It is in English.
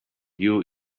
you